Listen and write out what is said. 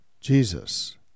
Jesus